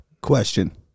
Question